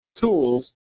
tools